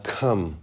come